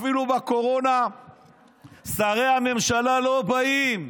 אפילו בקורונה שרי הממשלה לא באים.